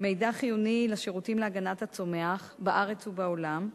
מידע חיוני לשירותים להגנת הצומח בארץ ובעולם,